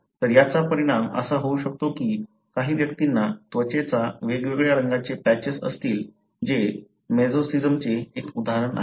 तर याचा परिणाम असा होऊ शकतो की काही व्यक्तींना त्वचेच्या वेगवेगळ्या रंगांचे पॅचेस असतील जे मोजेसीजमचे एक उदाहरण आहे